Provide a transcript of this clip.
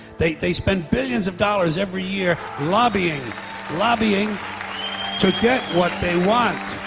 they they spend billions of dollars every year lobbying lobbying to get what they want.